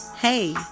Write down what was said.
Hey